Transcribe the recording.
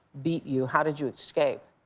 beat you. how did you escape?